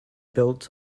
built